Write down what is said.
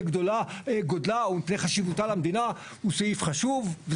גודלה או מפני חשיבותה למדינה הוא סעיף חשוב.